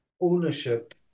ownership